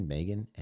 Megan